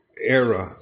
era